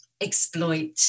exploit